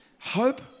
Hope